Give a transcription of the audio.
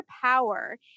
Power